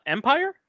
Empire